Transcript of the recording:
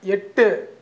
எட்டு